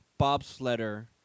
bobsledder